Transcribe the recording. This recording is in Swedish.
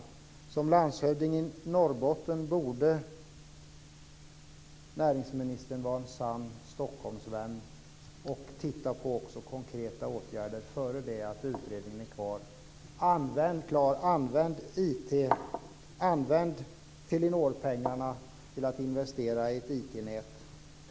Som förutvarande landshövding i Norrbotten borde näringsministern vara en sann Stockholmsvän och försöka att få fram konkreta åtgärder innan utredningen är klar. Använd t.ex. Telenorpengarna till att investera i IT-nät!